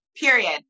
Period